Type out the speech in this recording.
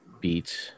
beat